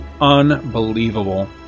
Unbelievable